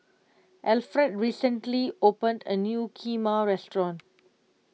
Alferd recently opened a new Kheema restaurant